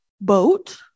boat